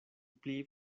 pli